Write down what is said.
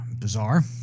Bizarre